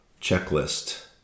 Checklist